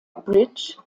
bridge